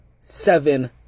seven